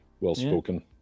well-spoken